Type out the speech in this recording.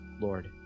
Lord